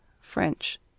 French